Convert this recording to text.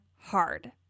hard